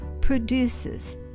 produces